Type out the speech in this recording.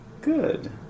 Good